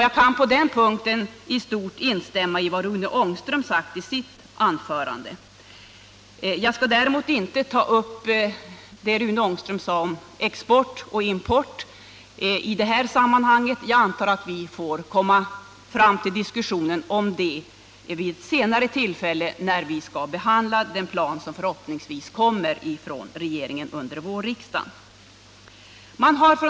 Jag kan på den punkten instämma i vad Rune Ångström sade i sitt anförande — däremot skall jag i det här sammanhanget inte beröra det han sade i fråga om import och export, eftersom jag antar att vi kommer att få tillfälle att diskutera detta senare i samband med att vi skall behandla den plan som förhoppningsvis kommer från regeringen under vårriksdagen.